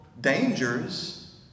dangers